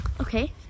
Okay